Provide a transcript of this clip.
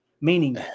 Meaning